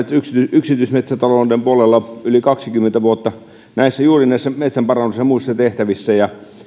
yksityismetsätalouden puolella yli kaksikymmentä vuotta juuri näissä metsänparannus ja muissa tehtävissä ja